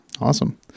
Awesome